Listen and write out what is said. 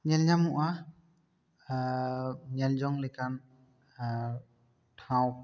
ᱧᱮᱞ ᱧᱟᱢᱚᱜᱼᱟ ᱧᱮᱞ ᱡᱚᱝ ᱞᱮᱠᱟᱱ ᱴᱷᱟᱶ